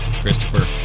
Christopher